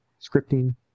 scripting